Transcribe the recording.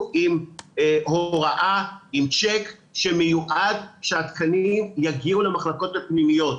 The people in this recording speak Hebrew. עם הוראה שמיועד שהתקנים יגיעו למחלקות הפנימיות.